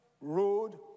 road